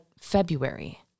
February